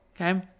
Okay